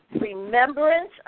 remembrance